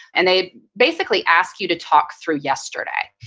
and they basically ask you to talk through yesterday.